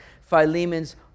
Philemon's